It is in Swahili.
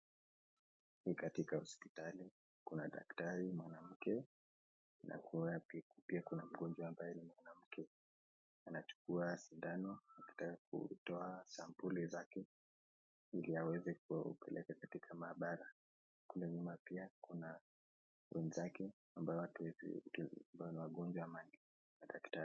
Hii ni katika hosipitali Kuna Daktari mwanamke na pia Kuna magojwa ambaye ni Mwanamke . Anachukuwa sindano anataka kuchukua sambuli yake Ili aweze kupeka katika mahabara . Kule nyuma pia Kuna wenzake ambao na Daktari.